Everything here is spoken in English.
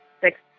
six